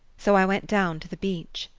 so i went down to the beach.